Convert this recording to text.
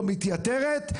או מתייתרת,